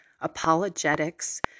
apologetics